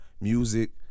music